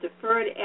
Deferred